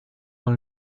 dans